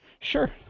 Sure